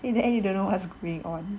in the end you don't know what's going on